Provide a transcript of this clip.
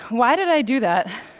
why did i do that?